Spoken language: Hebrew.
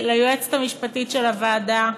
ליועצת המשפטית של הוועדה,